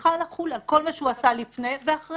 צריכה לחול על כל מה שהוא עשה לפני ואחרי.